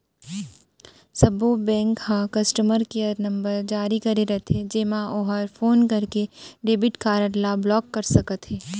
सब्बो बेंक ह customer care number जारी करे रथे जेमा ओहर फोन करके डेबिट कारड ल ब्लाक कर सकत हे